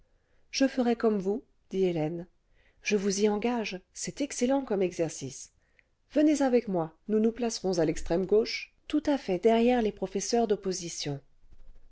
je ferai comme vous dit hélène je vous y engage c'est excellent comme exercice venez avec moi nous nous placerons à l'extrême gauche tout à fait derrière les professeurs d'opposition